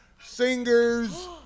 singers